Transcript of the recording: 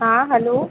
हाँ हेलो